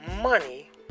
money